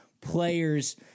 players